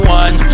one